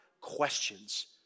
questions